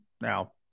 Now